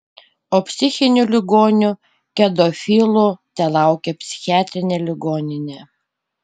o psichinių ligonių kedofilų telaukia psichiatrinė ligoninė